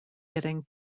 getting